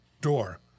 door